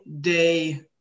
day